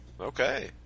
Okay